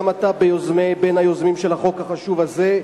גם אתה בין היוזמים של החוק החשוב הזה,